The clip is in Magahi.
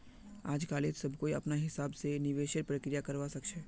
आजकालित सब कोई अपनार हिसाब स निवेशेर प्रक्रिया करवा सख छ